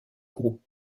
groupe